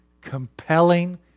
compelling